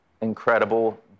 incredible